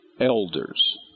Elders